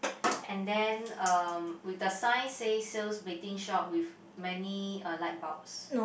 and then uh with the sign says sales betting shop with many uh light bulbs